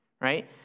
right